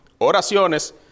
oraciones